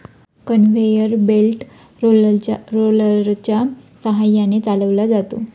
conveyor belt रोलरच्या सहाय्याने चालवला जातो